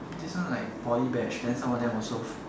this one like poly batch then some of them also